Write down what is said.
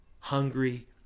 hungry